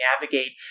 navigate